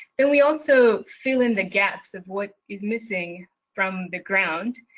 then we also fill in the gaps of what is missing from the ground,